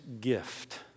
gift